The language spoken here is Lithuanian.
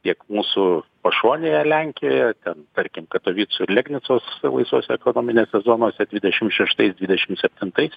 tiek mūsų pašonėje lenkijoje ten tarkim katovicų lechnicos laisvose ekonominėse zonose dvidešim šeštais dvidešim septintais